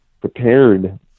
prepared